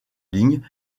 ligne